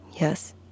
Yes